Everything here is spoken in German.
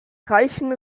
reichen